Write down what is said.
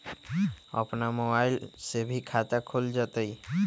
अपन मोबाइल से भी खाता खोल जताईं?